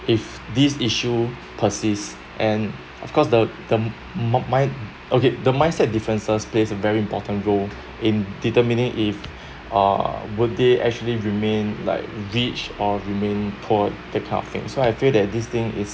if these issue persists and of course the the mind okay the mindset differences plays a very important role in determining if uh would they actually remain like rich or remain poor that kind of thing so I feel that this thing is